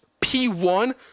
P1